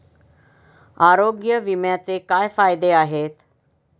आरोग्य विम्याचे काय फायदे आहेत?